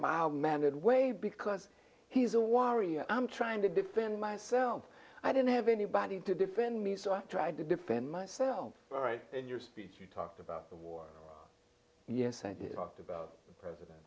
mild mannered way because he's a warrior i'm trying to defend myself i don't have anybody to defend me so i tried to defend myself right in your speech you talked about the war yes i did talk about president